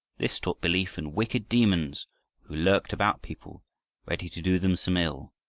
this taught belief in wicked demons who lurked about people ready to do them some ill.